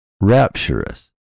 rapturous